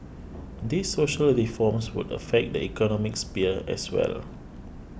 these social reforms would affect the economic sphere as well